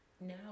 now